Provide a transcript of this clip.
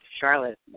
Charlotte